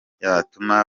yatuma